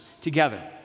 together